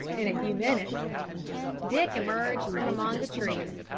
in a few minutes dick emerged from among the trees,